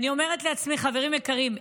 ואני אומרת לעצמי: חברים יקרים,